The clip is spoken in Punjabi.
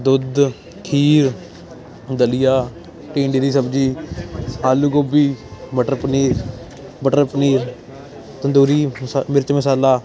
ਦੁੱਧ ਖੀਰ ਦਲੀਆ ਟੀਂਡੇ ਦੀ ਸਬਜ਼ੀ ਆਲੂ ਗੋਭੀ ਮਟਰ ਪਨੀਰ ਬਟਰ ਪਨੀਰ ਤੰਦੂਰੀ ਮਸਾ ਮਿਰਚ ਮਸਾਲਾ